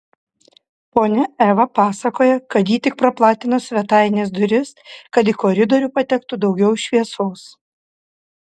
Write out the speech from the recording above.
ponia eva pasakoja kad ji tik praplatino svetainės duris kad į koridorių patektų daugiau šviesos